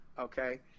Okay